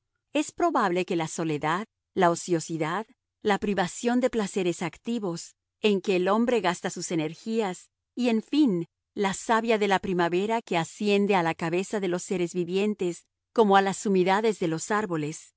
es probable que la soledad la ociosidad la privación de placeres activos en que el hombre gasta sus energías y en fin la savia de la primavera que asciende a la cabeza de los seres vivientes como a las sumidades de los árboles